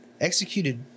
Executed